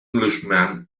englishman